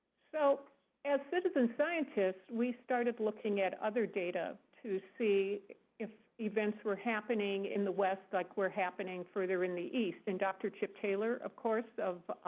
so as citizen scientists, we started looking at other data, to see if events were happening in the west like were happening further in the east. and doctor chip taylor, of course, of